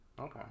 Okay